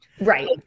right